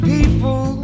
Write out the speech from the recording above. People